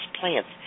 plants